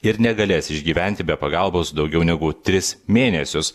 ir negalės išgyventi be pagalbos daugiau negu tris mėnesius